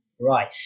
right